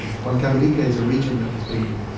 huancavelica is a region that has been